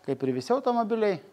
kaip ir visi automobiliai